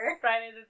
Friday